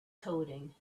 coding